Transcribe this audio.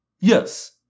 Yes